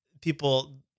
people